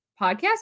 podcast